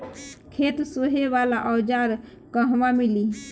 खेत सोहे वाला औज़ार कहवा मिली?